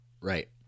Right